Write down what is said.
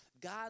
God